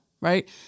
right